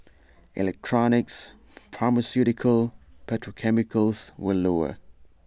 electronics pharmaceuticals petrochemicals were lower